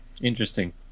Interesting